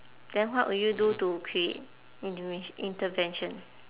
then what would you to do create intervent~ intervention